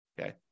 Okay